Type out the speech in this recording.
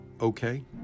Okay